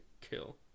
kill